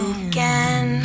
again